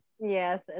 Yes